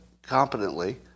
competently